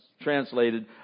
translated